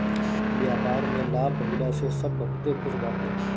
व्यापार में लाभ भइला से सब बहुते खुश बाटे